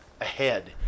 ahead